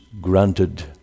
granted